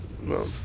No